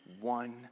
one